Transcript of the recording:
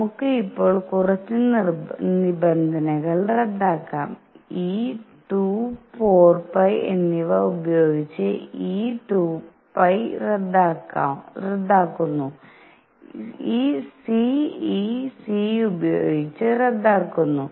നമുക്ക് ഇപ്പോൾ കുറച്ച് നിബന്ധനകൾ റദ്ദാക്കാം ഈ 2 4 π എന്നിവ ഉപയോഗിച്ച് ഈ 2 π റദ്ദാക്കുന്നു c ഈ c ഉപയോഗിച്ച് റദ്ദാക്കുന്നു